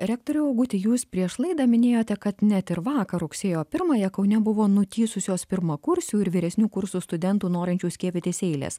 rektoriau auguti jūs prieš laidą minėjote kad net ir vakar rugsėjo pirmąją kaune buvo nutįsusios pirmakursių ir vyresnių kursų studentų norinčių skiepytis eilės